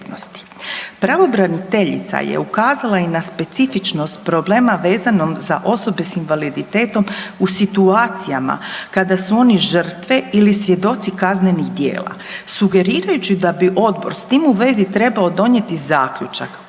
Pravobraniteljica je ukazala i na specifičnost problema vezanom za osobe s invaliditetom u situacijama kada su oni žrtve ili svjedoci kaznenih djela sugerirajući da bi odbor s tim u vezi trebao donijeti zaključak